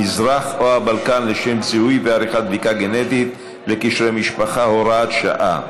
המזרח או הבלקן לשם זיהוי ועריכת בדיקה גנטית לקשרי משפחה (הוראת שעה),